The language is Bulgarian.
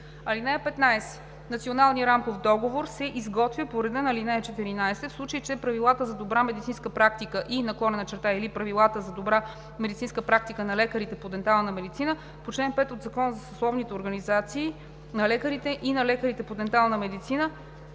решение. (15) Националният рамков договор се изготвя по реда на ал. 14, в случай че Правилата за добра медицинска практика и/или Правилата за добра медицинска практика на лекарите по дентална медицина по чл. 5 от Закона за съсловните организации на лекарите и на лекарите по дентална медицина